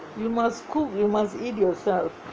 you must cook you must eat yourself